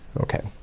okay,